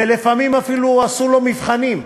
ולפעמים אפילו עשו לו מבחנים,